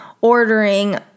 ordering